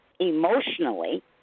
Emotionally